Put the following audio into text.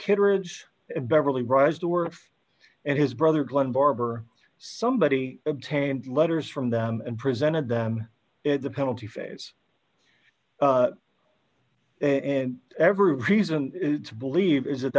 kitteridge and beverly rise to work and his brother glenn barber somebody obtained letters from them and presented them at the penalty phase and every reason to believe is